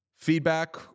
Feedback